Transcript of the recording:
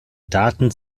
daten